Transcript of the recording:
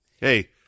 Hey